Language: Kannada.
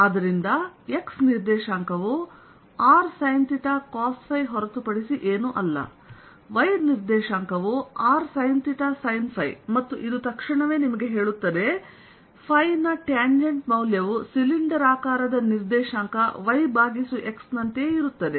ಮತ್ತು ಆದ್ದರಿಂದ x ನಿರ್ದೇಶಾಂಕವು rsin cos ಹೊರತುಪಡಿಸಿ ಏನೂ ಅಲ್ಲ y ನಿರ್ದೇಶಾಂಕವು rsin sin ಮತ್ತು ಇದು ತಕ್ಷಣವೇ ನಿಮಗೆ ಹೇಳುತ್ತದೆನ ಟ್ಯಾಂಜೆಂಟ್ ಮೌಲ್ಯವು ಸಿಲಿಂಡರಾಕಾರದ ನಿರ್ದೇಶಾಂಕ y x ಗಳಂತೆಯೇ ಇರುತ್ತದೆ